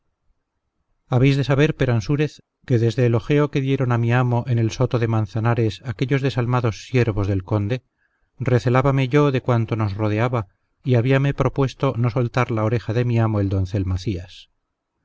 habéis de saber peransúrez que desde el ojeo que dieron a mi amo en el soto de manzanares aquellos desalmados siervos del conde recelábame yo de cuanto nos rodeaba y habíame propuesto no soltar la oreja de mi amo el doncel macías